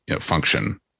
function